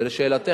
ולשאלתך,